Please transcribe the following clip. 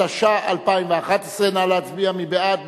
התשע"א 2011. נא להצביע, מי בעד?